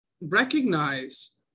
recognize